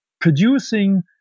producing